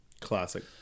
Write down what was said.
Classic